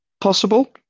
Possible